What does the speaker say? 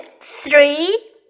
three